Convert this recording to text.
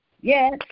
Yes